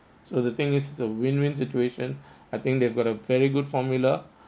so the thing is it's a win win situation I think they've got a very good formula